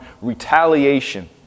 retaliation